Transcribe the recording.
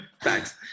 thanks